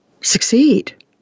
succeed